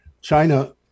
China